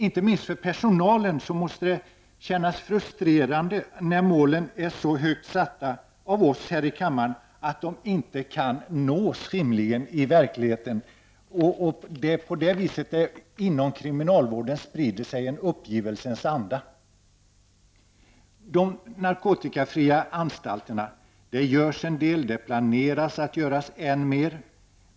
Inte minst måste personalen känna sig frustrerad när målen är så högt satta av oss här i riksdagen de inte rimligen kan nås i verkligheten och att det inom kriminalvården sprider sig en uppgivelsens anda. När det gäller de narkotikafria anstalterna görs en hel del. Det planeras att göras ännu mer.